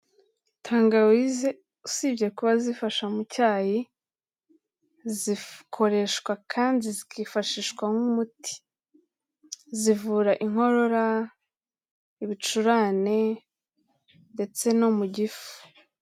Tangawize usibye kuba zifasha mu cyayi, zikoreshwa kandi zikifashishwa nk'umuti. Zivura inkorora, ibicurane, ndetse no mu gifu.